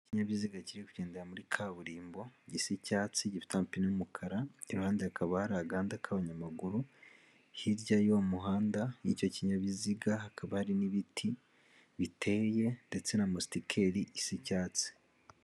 Ikinyabiziga kiri kugendera muri kaburimbo gisa icyatsi gifite amapine y'umukara, iruhande hakaba hari agahanda k'abanyamaguru, hirya y'uwo muhanda, y'icyo kinyabiziga hakaba hari n'ibiti biteye ndetse na mositikeli isi icyatsi.